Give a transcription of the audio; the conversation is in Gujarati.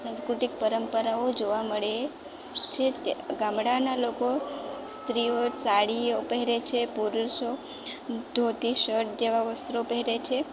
સાંસ્કૃતિક પરંપરાઓ જોવા મળે છે તે ગામડાના લોકો સ્ત્રીઓ સાડીઓ પહેરે છે પુરુષો ધોતી શર્ટ જેવા વસ્ત્રો પહેરે છે